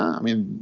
i mean,